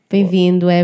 Bem-vindo